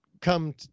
come